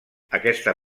aquesta